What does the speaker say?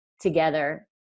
together